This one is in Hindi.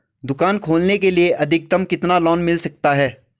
दुकान खोलने के लिए अधिकतम कितना लोन मिल सकता है?